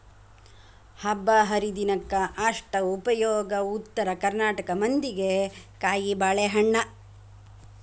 ಹಬ್ಬಾಹರಿದಿನಕ್ಕ ಅಷ್ಟ ಉಪಯೋಗ ಉತ್ತರ ಕರ್ನಾಟಕ ಮಂದಿಗೆ ಕಾಯಿಬಾಳೇಹಣ್ಣ